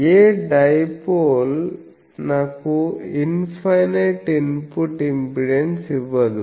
ఏ dipole నాకు infinite input impedance ఇవ్వదు